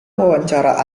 wawancara